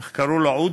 איך קראו לו?